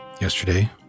yesterday